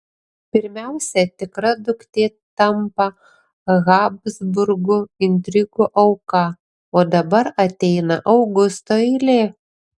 pirmiausia tikra duktė tampa habsburgų intrigų auka o dabar ateina augusto eilė